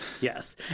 Yes